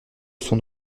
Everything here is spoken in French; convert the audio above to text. son